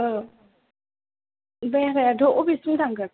औ भारायाथ' बबेसिम थांगोन